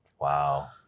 Wow